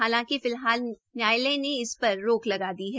हालांकि फिलहाल अदालत ने इस पर रोक लगा दी है